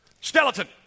Skeleton